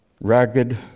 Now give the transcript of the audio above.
ragged